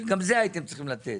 שגם את זה הייתם צריכים לתת.